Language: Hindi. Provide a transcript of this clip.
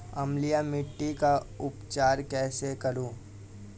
अम्लीय मिट्टी का उपचार कैसे करूँ?